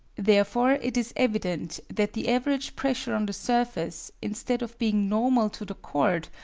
therefore, it is evident that the average pressure on the surface, instead of being normal to the chord,